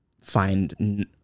find